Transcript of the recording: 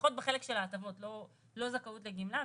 לפחות בחלק של ההטבות לא בזכאות לגמלה.